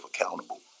accountable